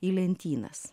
į lentynas